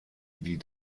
die